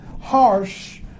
harsh